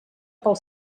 pel